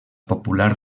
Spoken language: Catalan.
popular